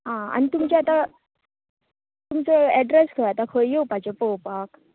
आं आनी तुमचे आतां तुमचे ऍड्रेस खंय आतां खंय येवपाचे पळोवपाक